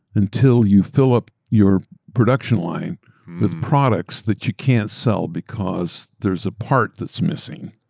until you fill up your production line with products that you can't sell because there's a part that's missing.